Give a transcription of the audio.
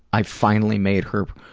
i finally made her